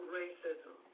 racism